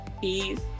Peace